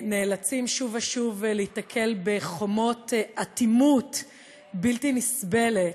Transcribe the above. נאלצים שוב ושוב להיתקל בחומות אטימות בלתי נסבלות,